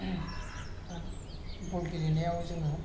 आरो बल गेलेनायाव जोङो